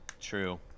true